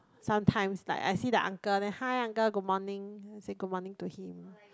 sometimes like I see the uncle then hi uncle good morning then I say good morning to him